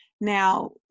Now